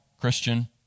Christian